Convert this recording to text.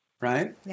Right